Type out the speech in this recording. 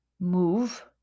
move